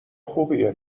خوبیه